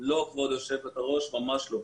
לא, כבוד יושבת-הראש, ממש לא.